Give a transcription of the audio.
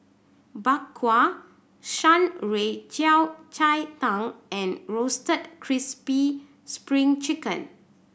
Bak Kwa Shan Rui Yao Cai Tang and Roasted Crispy Spring Chicken